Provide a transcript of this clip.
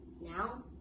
Now